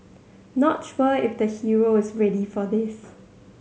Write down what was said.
not sure if the hero is ready for this